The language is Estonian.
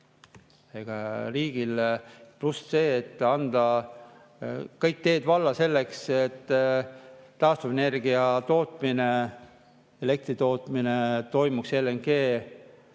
osa. Pluss see, et anda kõik teed valla selleks, et taastuvenergia tootmine, elektri tootmine toimuks,